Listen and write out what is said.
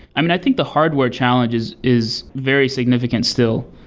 i mean, i think the hardware challenge is is very significant still.